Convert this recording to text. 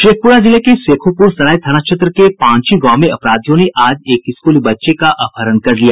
शेखप्रा जिले के शेखोप्र सराय थाना क्षेत्र के पांची गांव में अपराधियों ने आज एक स्कूली बच्चे का अपहरण कर लिया